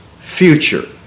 future